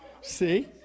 See